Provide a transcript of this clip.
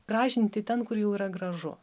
gražinti ten kur jau yra gražu